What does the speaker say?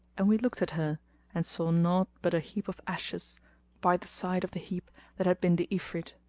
and we looked at her and saw naught but a heap of ashes by the side of the heap that had been the ifrit.